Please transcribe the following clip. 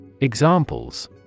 Examples